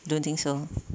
don't think so